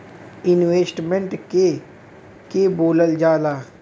Investment के के बोलल जा ला?